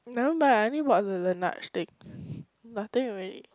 I haven't buy I only bought the Laneige thing nothing already